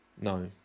No